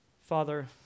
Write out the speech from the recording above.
Father